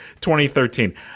2013